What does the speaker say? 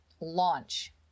launch